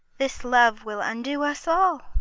this love will undo us all.